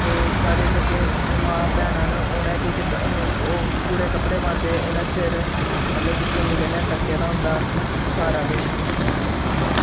स्हाड़े च केह् मां भैनां न उ'नें केह् कीता ओह् पूरे कपड़े पांदे उनें सिर मतलब कि चुन्नी कन्नै ढक्के दा होंदा सारा केश